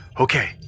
Okay